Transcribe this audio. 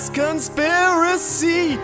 conspiracy